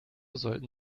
sollten